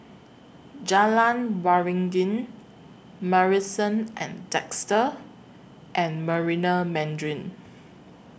Jalan Waringin Marrison At Desker and Marina Mandarin